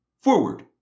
forward